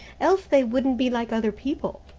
else they wouldn't be like other people.